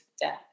death